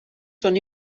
són